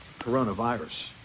coronavirus